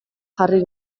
jarri